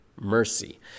Mercy